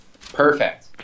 Perfect